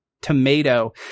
tomato